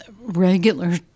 regular